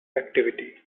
activity